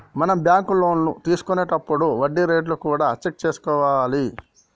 మనం బ్యాంకు లోన్లు తీసుకొనేతప్పుడు వడ్డీ రేట్లు కూడా చెక్ చేసుకోవాలి